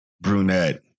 brunette